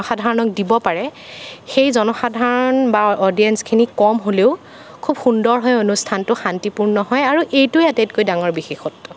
জনসাধাৰণক দিব পাৰে সেই জনসাধাৰণ বা অডিয়েঞ্চখিনি কম হ'লেও খুব সুন্দৰভাৱে অনুষ্ঠানটো শান্তিপূৰ্ণ হয় আৰু এইটোৱে আটাইতকৈ ডাঙৰ বিশেষত্ব